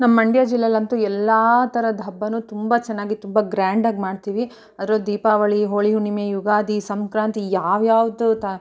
ನಮ್ಮ ಮಂಡ್ಯ ಜಿಲ್ಲೆಯಲ್ಲಂತೂ ಎಲ್ಲ ಥರದ್ ಹಬ್ಬನೂ ತುಂಬ ಚೆನ್ನಾಗಿ ತುಂಬ ಗ್ರ್ಯಾಂಡಾಗಿ ಮಾಡ್ತೀವಿ ಅದರಲ್ಲೂ ದೀಪಾವಳಿ ಹೋಳಿ ಹುಣ್ಣಿಮೆ ಯುಗಾದಿ ಸಂಕ್ರಾಂತಿ ಯಾವ್ಯಾವುದು ತ